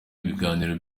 ibiganiro